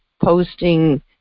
posting